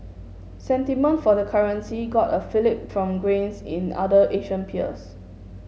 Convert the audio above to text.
sentiment for the currency got a fillip from grains in other Asian peers